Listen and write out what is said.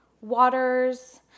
waters